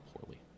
poorly